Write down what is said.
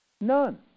None